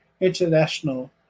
International